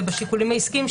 ובשיקולים העסקיים,